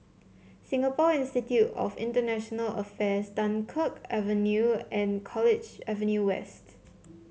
Singapore Institute of International Affairs Dunkirk Avenue and College Avenue West